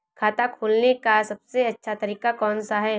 खाता खोलने का सबसे अच्छा तरीका कौन सा है?